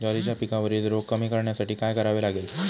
ज्वारीच्या पिकावरील रोग कमी करण्यासाठी काय करावे लागेल?